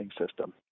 system